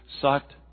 sought